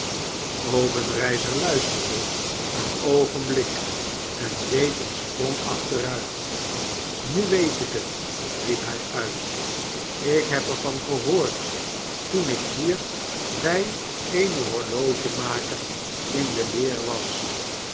obenreizer luisterde een oogenblik en deed een sprong achteruit nu weet ik het riep hij uit ik heb er van gehoord toen ik hier bij een horlogemaker in de leer was